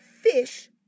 fish